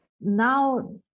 now